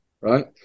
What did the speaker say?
right